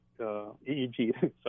EEG